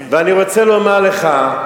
ואני רוצה לומר לך,